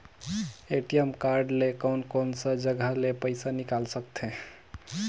ATM card ले कोन कोन सा जगह ले पइसा निकाल सकथे?